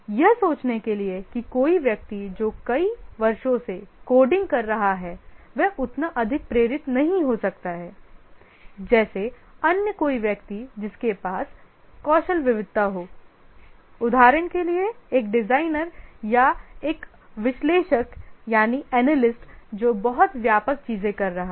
यह सोचने के लिए कि कोई व्यक्ति जो कई वर्षों से कोडिंग कर रहा है वह उतना अधिक प्रेरित नहीं हो सकता है जैसे अन्य कोई व्यक्ति जिसके पास कौशल विविधता हो उदाहरण के लिएएक डिजाइनर या एक विश्लेषक जो बहुत व्यापक चीजें कर रहा है